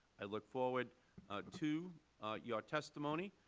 i look forward to your testimony,